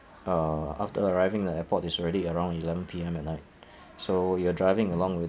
uh after arriving at the airport is already around eleven P_M at night so you're driving along with